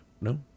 No